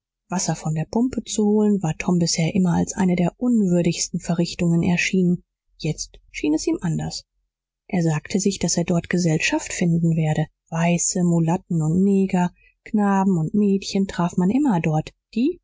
wasser von der pumpe zu holen war tom bisher immer als eine der unwürdigsten verrichtungen erschienen jetzt schien es ihm anders er sagte sich daß er dort gesellschaft finden werde weiße mulatten und neger knaben und mädchen traf man immer dort die